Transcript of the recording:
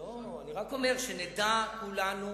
אני רק אומר שנדע כולנו